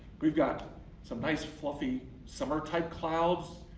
we've got some nice fluffy summer type clouds,